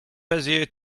bezier